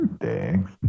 Thanks